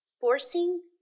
Forcing